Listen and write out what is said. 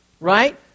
Right